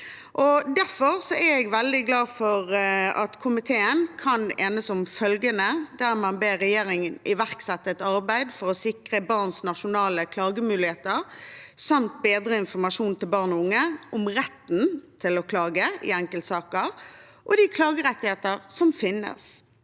Derfor er jeg veldig glad for at komiteen kan enes om følgende: «Stortinget ber regjeringen iverksette et arbeid for å sikre barns nasjonale klagemuligheter samt bedre informasjonen til barn og unge om retten til å klage i enkeltsaker og de klagerettigheter som finnes.»